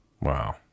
Wow